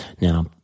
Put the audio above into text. Now